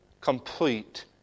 complete